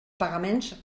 pagaments